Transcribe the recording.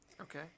Okay